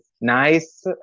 nice